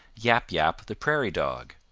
yap yap the prairie dog.